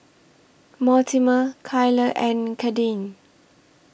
Mortimer Kyler and Kadyn